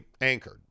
anchored